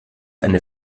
eine